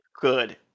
good